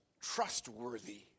trustworthy